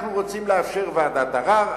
אנחנו רוצים לאפשר ועדת ערר,